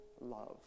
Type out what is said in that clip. love